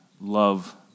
love